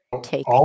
take